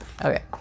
Okay